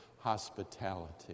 hospitality